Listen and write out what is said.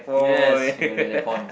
yes you got that that point